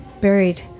buried